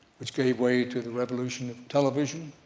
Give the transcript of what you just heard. which gave way to the revolution of television,